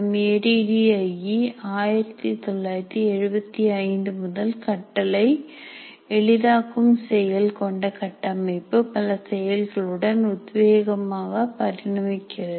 A D D I E 1975 முதல் கட்டளை எளிதாக்கும் செயல் கொண்ட கட்டமைப்பு பல செயல்களுடன் உத்வேகமாக பரிணமிக்கிறது